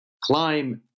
climb